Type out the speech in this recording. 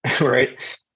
right